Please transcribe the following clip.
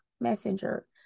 Messenger